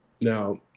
Now